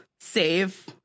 save